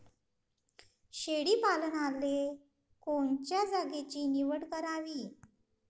शेळी पालनाले कोनच्या जागेची निवड करावी?